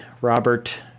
Robert